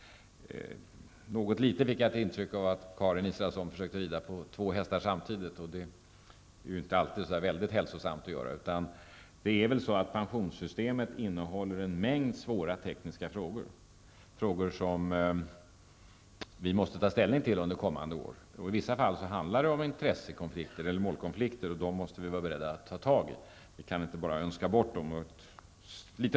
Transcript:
Jag fick nästan det intrycket att Karin Israelsson försökte rida på två hästar samtidigt, och det är inte alltid så hälsosamt. Det ingår en mängd svåra tekniska frågor i pensionssystemet, frågor som vi under kommande år måste ta ställning till. I vissa fall blir det intresseeller målkonflikter och dessa konflikter måste vi vara beredda att ta tag i. Vi kan inte bara önska bort deras existens.